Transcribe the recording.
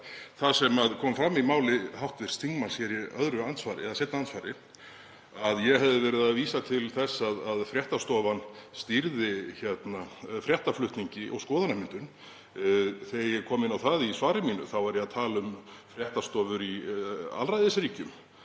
það sem kom fram í máli hv. þingmanns í seinna andsvari, að ég hefði verið að vísa til þess að fréttastofan stýrði fréttaflutningi og skoðanamyndun. Þegar ég kom inn á það í svari mínu var ég að tala um fréttastofur í alræðisríkjum.